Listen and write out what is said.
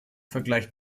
vergleich